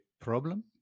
problem